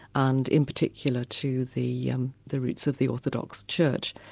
and in particular to the um the roots of the orthodox church.